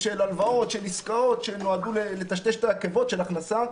הלוואות של עסקאות שנועדו לטשטש את העקבות של ההכנסה.